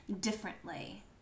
differently